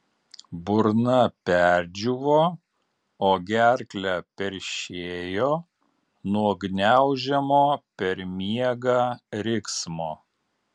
burna perdžiūvo o gerklę peršėjo nuo gniaužiamo per miegą riksmo